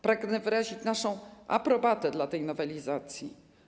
Pragnę wyrazić naszą aprobatę dla tej nowelizacji.